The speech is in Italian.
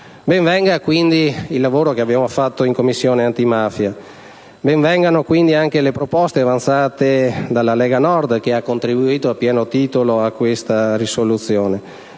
Ben venga quindi il lavoro svolto in Commissione antimafia e ben vengano anche le proposte avanzate dalla Lega Nord, che ha contribuito a pieno titolo a questa risoluzione.